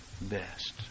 best